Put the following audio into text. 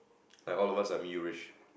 I all of us I'm